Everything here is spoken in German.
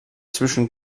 zwischen